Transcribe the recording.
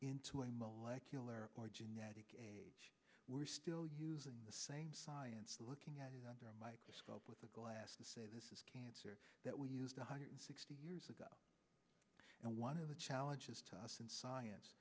into a molecular or genetic age we're still using the same science looking at it under a microscope with a glass to say this is cancer that we used one hundred sixty years ago and one of the challenges to us in science